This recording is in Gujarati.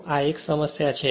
તેથી આ સમસ્યા છે